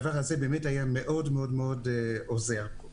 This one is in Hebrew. זה היה מאוד עוזר.